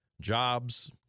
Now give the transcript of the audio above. jobs